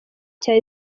cya